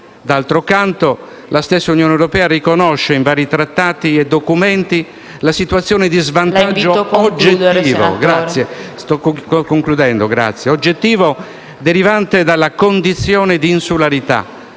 d'altro canto, la stessa Unione europea riconosce in vari trattati e documenti la situazione di svantaggio oggettivo derivante dalla condizione di insularità,